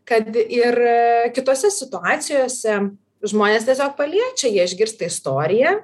kad ir kitose situacijose žmones tiesiog paliečia jie išgirsta istoriją